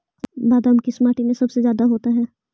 बादाम किस माटी में सबसे ज्यादा होता है?